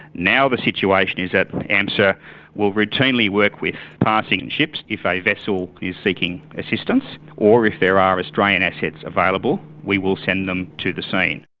now the situation is that amsa will routinely work with passing and ships if a vessel is seeking assistance, or, if there are australian assets available, we will send them to the scene.